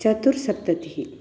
चतुस्सप्ततिः